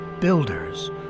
builders